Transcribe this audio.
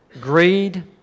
greed